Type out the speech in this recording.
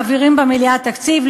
מעבירים במליאה תקציב,